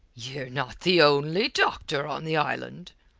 ye're not the only doctor on the island.